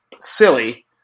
silly